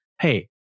hey